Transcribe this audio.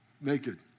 Naked